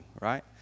right